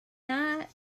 night